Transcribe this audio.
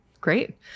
Great